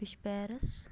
بیٚیہِ چھُ پیرَس